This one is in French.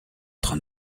train